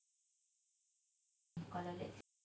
alternative